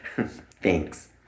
Thanks